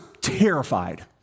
terrified